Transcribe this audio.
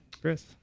Chris